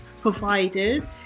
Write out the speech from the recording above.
providers